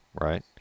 right